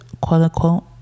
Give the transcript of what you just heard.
quote-unquote